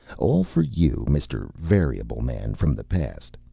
all for you, mr. variable man from the past.